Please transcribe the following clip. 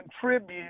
contribute